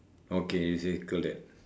okay you circle that